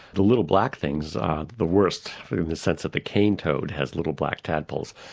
the little black things are the worst in the sense that the cane toad has little black tadpoles.